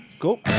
cool